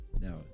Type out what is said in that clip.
now